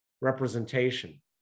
representation